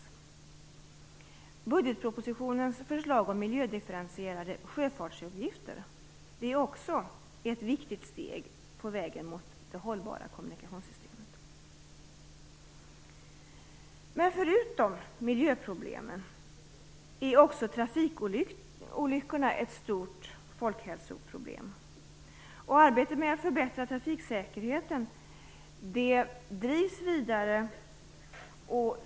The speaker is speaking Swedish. Förslaget i budgetproposititionen om miljödifferentierade sjöfartsavgifter är också ett viktigt steg på vägen mot det hållbara kommunikationssystemet. Förutom miljöproblemen är också trafikolyckorna ett stor folkhälsoproblem. Arbetet med att förbättra trafiksäkerheten drivs vidare.